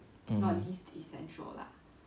mm